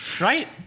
Right